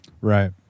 Right